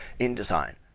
InDesign